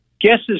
Guesses